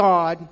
God